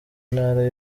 intara